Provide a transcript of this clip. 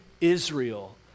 Israel